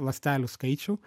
ląstelių skaičių